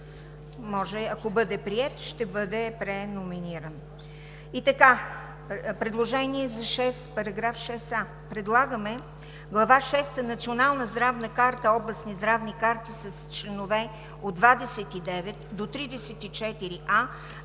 ако бъде приет, ще бъде преномериран. Предложение за § 6а: Глава шеста – „Национална здравна карта, областни здравни карти“ с членове от 29 до 34а,